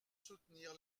soutenir